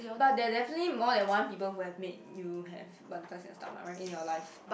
but there definitely more than one people who have made you have butterflies in your stomach right in your life